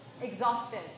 exhausted